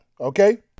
okay